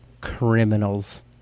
criminals